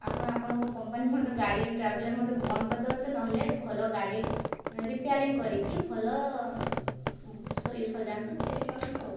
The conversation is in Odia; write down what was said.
ଆପଣ ଆପଣଙ୍କ କମ୍ପାନୀ ମଧ୍ୟ ଗାଡ଼ି ଟ୍ରାଭେଲର୍ ମଧ୍ୟ ବନ୍ଦ କରିଦିଅନ୍ତୁ ନହେଲେ ଭଲ ଗାଡ଼ି ରିପ୍ୟାରିଂ କରିକି ଭଲ ସଜାନ୍ତୁ ତିଆରି କରନ୍ତୁ ଆଉ